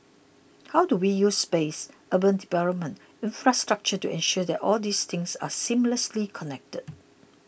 how do we use space urban development infrastructure to ensure that all these things are seamlessly connected